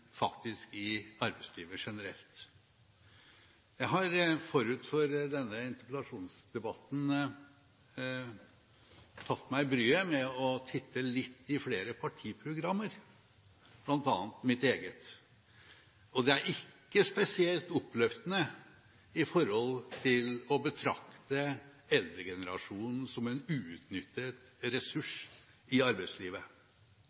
faktisk i arbeidslivet generelt. Jeg har forut for denne interpellasjonsdebatten tatt meg bryet med å titte litt i flere partiprogrammer, bl.a. mitt eget, og det er ikke spesielt oppløftende med hensyn til å betrakte den eldre generasjonen som en